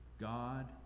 God